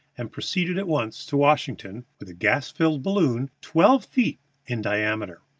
and proceeded at once to washington with a gas-balloon twelve feet in diameter.